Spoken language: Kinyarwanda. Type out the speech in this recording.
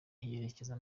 yerekeza